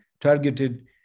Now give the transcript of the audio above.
targeted